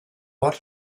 ort